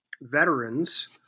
veterans